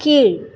கீழ்